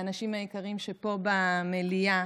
האנשים היקרים שפה במליאה,